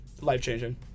life-changing